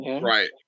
Right